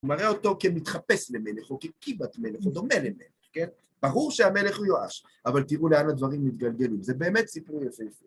הוא מראה אותו כמתחפש למלך, או ככמעט מלך, הוא דומה למלך, כן? ברור שהמלך הוא יואש, אבל תראו לאן הדברים מתגלגלים, זה באמת סיפור יפה.